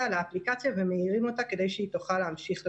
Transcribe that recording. לאפליקציה ומעירים אותה כדי שהיא תוכל להמשיך לעבוד.